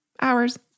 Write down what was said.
hours